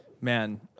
Man